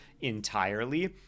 entirely